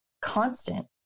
constant